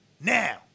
Now